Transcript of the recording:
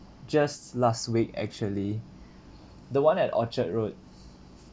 just last week actually the one at orchard road